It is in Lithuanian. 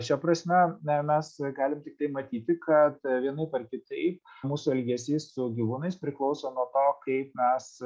šia prasme na mes galime tiktai matyti kad vienaip ar kitaip mūsų elgesys su gyvūnais priklauso nuo to kaip mes